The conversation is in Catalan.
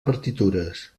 partitures